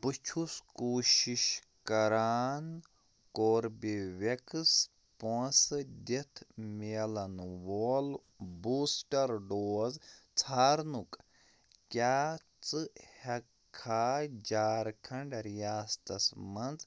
بہٕ چھُس کوٗشِش کران کوربِویٚکٕس پونٛسہٕ دِتھ میلان وول بوٗسٹر ڈوز ژھارنُک کیٛاہ ژٕ ہیٚکہٕ کھا جھارکھنٛڈ ریاستس مَنٛز